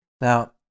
now